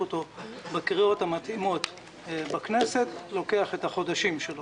אותו בקריאות המקדימות בכנסת זה לוקח חודשים.